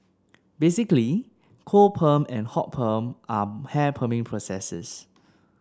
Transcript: basically cold perm and hot perm are hair perming processes